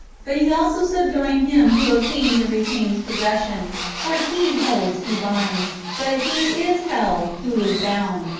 but he also subjoined him who obtains and retains possession for he holds who binds, but he is held who is bound.